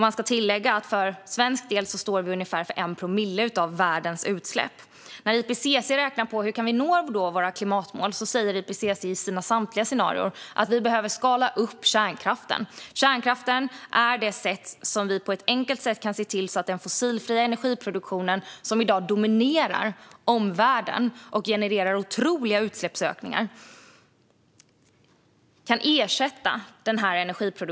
Man ska tillägga att Sverige står för ungefär 1 promille av världens utsläpp. När IPCC räknar på hur vi kan nå våra klimatmål säger de i samtliga sina scenarier att vi behöver skala upp kärnkraften. Med kärnkraften kan vi på ett enkelt sätt ersätta den energiproduktion som i dag dominerar i omvärlden och som genererar otroliga utsläppsökningar.